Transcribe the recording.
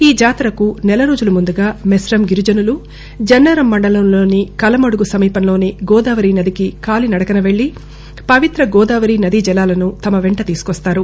ఈ జాతరకు నెల రోజుల ముందుగా మెస్రం గిరిజనులు జన్నారం మండలంలోని కలమడుగు సమీపంలోని గోదావరి నదికి కాలినడకన వెల్లి పవిత్ర గోదావరి నది జలాలను తమ వెంట తీసుకొస్తారు